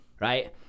Right